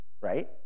right